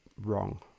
wrong